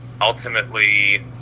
ultimately